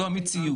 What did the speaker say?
זו המציאות.